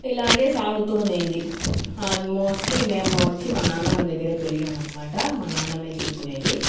ఇలాగే సాగుతూ ఉన్నింది మోస్ట్లీ మేము వచ్చి మా నాన్నమ్మ దగ్గర పెరగామన్నమాట మా నాన్నమ్మయే చూసుకొనేది